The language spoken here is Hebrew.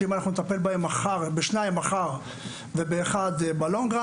שאם אנחנו נטפל בשתיים מחר ובאחת ב-long run,